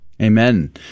Amen